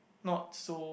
not so